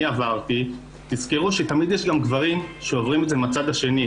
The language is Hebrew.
עברתי תזכרו שתמיד יש גם גברים שעוברים את זה מן הצד השני.